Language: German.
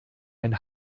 ein